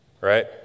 Right